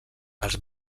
els